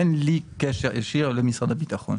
אין לי קשר ישיר למשרד הביטחון.